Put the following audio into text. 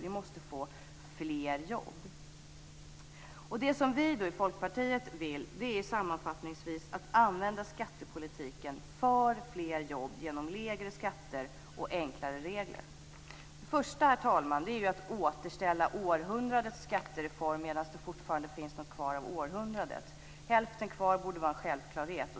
Vi måste få fler jobb. Sammanfattningsvis vill vi i Folkpartiet använda skattepolitiken för att skapa fler jobb genom lägre skatter och enklare regler. Det första, herr talman, är att återställa århundradets skattereform medan det fortfarande finns något kvar av århundradet. Hälften kvar borde vara en självklarhet.